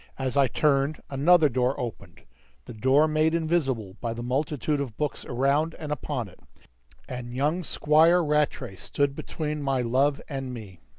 as i turned, another door opened the door made invisible by the multitude of books around and upon it and young squire rattray stood between my love and me.